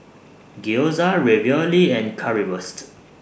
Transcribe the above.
Gyoza Ravioli and Currywurst